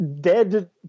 dead